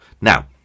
Now